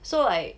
so like